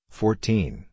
fourteen